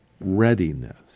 readiness